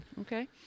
okay